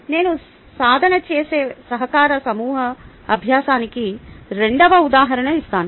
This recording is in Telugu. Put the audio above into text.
నేను సాధన చేసే సహకార సమూహ అభ్యాసానికి రెండవ ఉదాహరణ ఇస్తాను